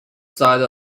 site